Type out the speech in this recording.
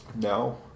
no